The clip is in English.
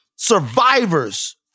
survivors